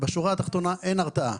בשורה התחתונה אין הרתעה.